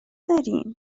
دارین